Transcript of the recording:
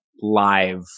live